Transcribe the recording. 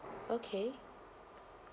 okay